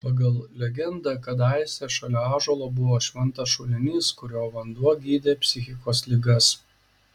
pagal legendą kadaise šalia ąžuolo buvo šventas šulinys kurio vanduo gydė psichikos ligas